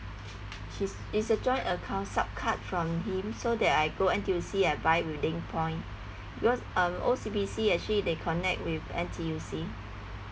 his it's a joint account sup card from him so that I go N_T_U_C I buy with linkpoint because uh O_C_B_C actually they connect with N_T_U_C